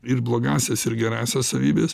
ir blogąsias ir gerąsias savybes